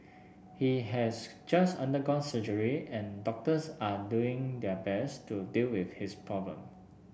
he has just undergone surgery and doctors are doing their best to deal with his problem